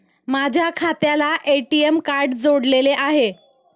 माझ्या खात्याला ATM card जोडलेले आहे